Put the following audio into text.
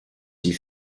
die